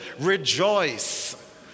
rejoice